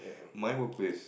my workplace